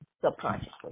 subconsciously